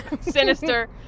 Sinister